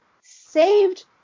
saved